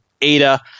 ada